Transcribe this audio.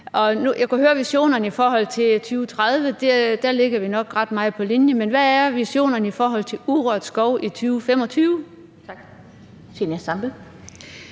Jeg kunne høre visionerne i forhold til 2030, der ligger vi nok ret meget på linje, men hvad er visionerne i forhold til urørt skov i 2025?